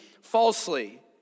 falsely